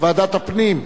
ועדת הפנים.